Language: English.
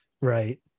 Right